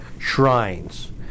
shrines